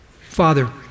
Father